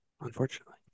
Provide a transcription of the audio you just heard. unfortunately